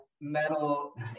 metal